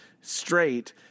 straight